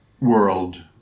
world